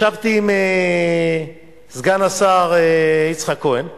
ישבתי עם סגן השר יצחק כהן אתמול,